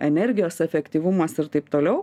energijos efektyvumas ir taip toliau